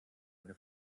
eine